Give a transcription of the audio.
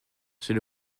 j’ai